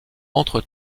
entre